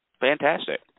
Fantastic